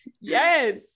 Yes